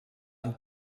amb